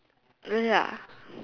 really ah